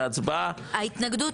ההצבעה על חוק התקציב וחוק ההסדרים.